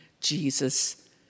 Jesus